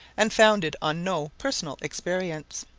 and founded on no personal experience.